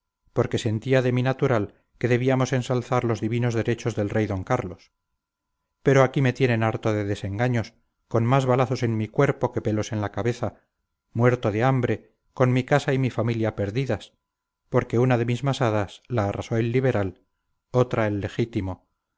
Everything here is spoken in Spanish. porque sentía de mi natural que debíamos ensalzar los divinos derechos del rey d carlos pero aquí me tienen harto de desengaños con más balazos en mi cuerpo que pelos en la cabeza muerto de hambre con mi casa y familia perdidas porque una de mis masadas la arrasó el liberal otra el legítimo